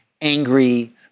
angry